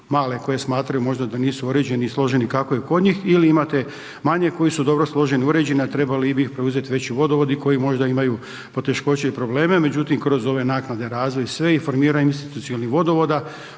koje smatraju možda da nisu uređeni i složeni kako je kod njih ili imate manje koji su dobro složeni i uređeni, a trebali bi ih preuzeti veći vodovodi koji možda imaju poteškoće i probleme, međutim, kroz ove naknade, razvoj i sve, informiranje institucionalnih vodovoda,